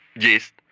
Yes